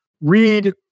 read